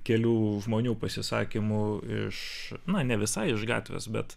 kelių žmonių pasisakymų iš na ne visai iš gatvės bet